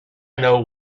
know